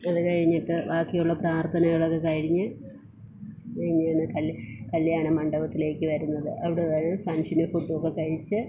അതു കഴിഞ്ഞിട്ട് ബാക്കിയുള്ള പ്രാർത്ഥനകളൊക്കെ കഴിഞ്ഞു പിന്നെയാണ് കല്യാ കല്യാണ മണ്ഡപത്തിലേക്കു വരുന്നത് അവിടെ വന്നു ഫങ്ഷനും ഫുഡ്ഡുമൊക്കെ കഴിച്ച്